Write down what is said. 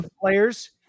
players